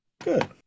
Good